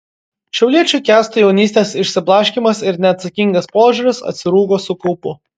šiauliečiui kęstui jaunystės išsiblaškymas ir neatsakingas požiūris atsirūgo su kaupu